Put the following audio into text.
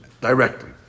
directly